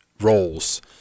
roles